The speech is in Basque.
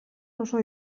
oso